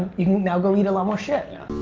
you can now go eat a lot more shit. yeah